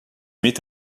met